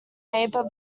neighbor